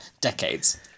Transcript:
decades